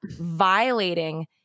violating